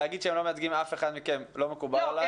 אבל להגיד שהם לא מייצגים אף אחד מכם לא מקובל עלי.